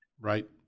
Right